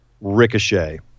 Ricochet